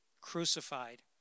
crucified